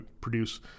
produce